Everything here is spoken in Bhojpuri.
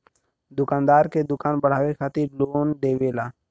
दुकानदार के दुकान बढ़ावे खातिर लोन देवेला